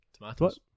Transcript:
Tomatoes